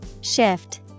Shift